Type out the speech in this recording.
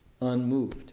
unmoved